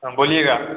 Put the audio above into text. हाँ बोलिएगा